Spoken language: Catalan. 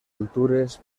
altures